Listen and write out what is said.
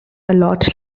lot